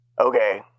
Okay